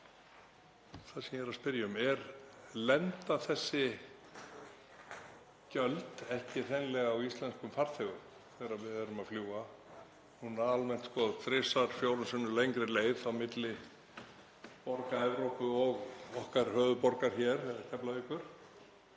Það sem ég er að spyrja um er: Lenda þessi gjöld ekki hreinlega á íslenskum farþegum þegar við erum að fljúga almennt þrisvar, fjórum sinnum lengri leið milli borga Evrópu og okkar höfuðborgar hér, Keflavíkur,